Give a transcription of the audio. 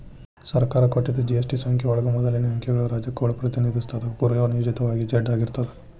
ಸರ್ಕಾರ ಕೊಟ್ಟಿದ್ ಜಿ.ಎಸ್.ಟಿ ಸಂಖ್ಯೆ ಒಳಗ ಮೊದಲನೇ ಅಂಕಿಗಳು ರಾಜ್ಯ ಕೋಡ್ ಪ್ರತಿನಿಧಿಸುತ್ತದ ಪೂರ್ವನಿಯೋಜಿತವಾಗಿ ಝೆಡ್ ಆಗಿರ್ತದ